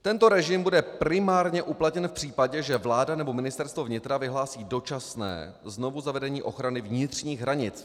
Tento režim bude primárně uplatněn v případě, že vláda nebo Ministerstvo vnitra vyhlásí dočasné znovuzavedení ochrany vnitřních hranic.